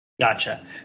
Gotcha